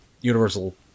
Universal